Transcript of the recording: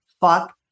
fuck